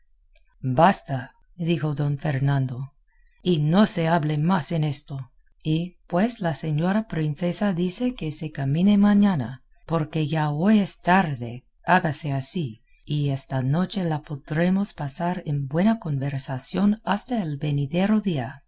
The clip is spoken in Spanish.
basta basta dijo don fernando y no se hable más en esto y pues la señora princesa dice que se camine mañana porque ya hoy es tarde hágase así y esta noche la podremos pasar en buena conversación hasta el venidero día